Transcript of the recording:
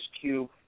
Cube